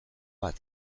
bat